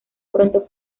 pronto